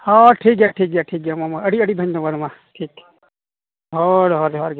ᱦᱳᱭ ᱴᱷᱤᱠᱜᱮᱭᱟ ᱴᱷᱤᱠᱜᱮᱭᱟ ᱴᱷᱤᱠᱜᱮᱭᱟ ᱢᱟ ᱢᱟ ᱟᱹᱰᱤ ᱟᱹᱰᱤ ᱫᱷᱚᱱᱭᱚᱵᱟᱫᱽ ᱢᱟ ᱴᱷᱤᱠ ᱦᱳᱭ ᱡᱚᱦᱟᱨ ᱡᱚᱦᱟᱨ ᱜᱮ